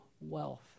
wealth